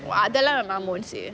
அதுலாம்:athulaam mom won't say